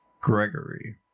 Gregory